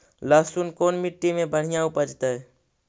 लहसुन कोन मट्टी मे बढ़िया उपजतै?